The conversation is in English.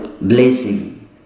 blessing